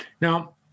Now